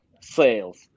sales